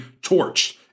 torched